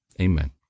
amen